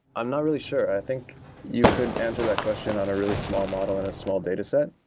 i'm not really sure. i think you could answer that question on a really small model in a small dataset,